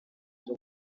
byo